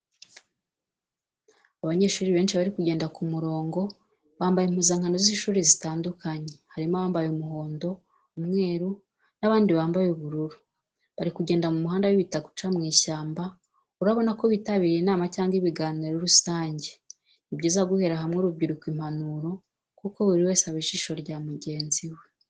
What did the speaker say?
Abanyeshuri benshi bari kugenda ku murongo, bambaye impuzankano z’ishuri zitandukanye, harimo abambaye umuhondo, umweru n'abandi bambaye ubururu. Bari kugenda mu muhanda w'ibitaka uca mu ishyamba, urabona ko bitabiriye inama cyangwa ibiganiro rusange. Ni byiza guhera hamwe urubyiruko impanuro, kuko buri wese aba ijisho rya mugenzi we.